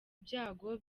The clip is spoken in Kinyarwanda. byago